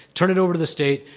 turn it over to the state,